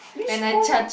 which phone